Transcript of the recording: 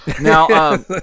now